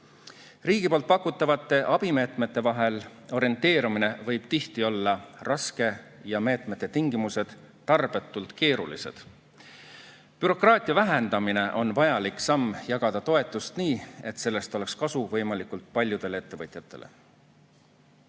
Riigi poolt pakutavate abimeetmete vahel orienteerumine võib tihti olla raske ja meetmete tingimused tarbetult keerulised. Bürokraatia vähendamine on vajalik samm jagada toetust nii, et sellest oleks kasu võimalikult paljudele ettevõtjatele. On